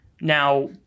Now